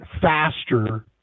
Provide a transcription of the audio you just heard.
faster